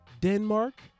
Denmark